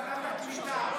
ועדת, ועדת הקליטה.